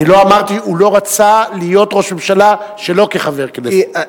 הוא לא רצה להיות ראש ממשלה שלא כחבר כנסת.